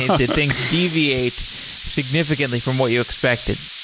did things deviate signif icantly from what you expected?